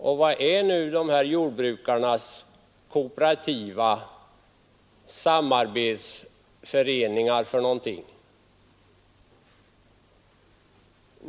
Och vad är nu jordbrukarnas kooperativa samarbetsföreningar för någonting?